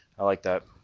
i like that